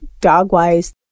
dog-wise